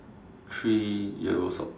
three yellow socks